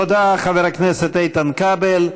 תודה, חבר הכנסת איתן כבל.